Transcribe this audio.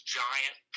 giant